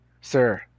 sir